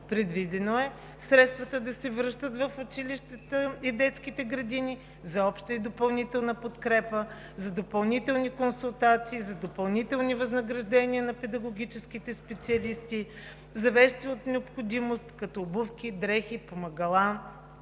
Предвидено е средствата да се връщат в училищата и детските градини за обща и допълнителна подкрепа, за допълнителни консултации, за допълнителни възнаграждения на педагогическите специалисти, за вещи от първа необходимост, като обувки, дрехи, помагала,